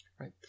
Right